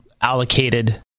allocated